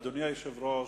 אדוני היושב-ראש,